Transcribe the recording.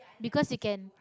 because you can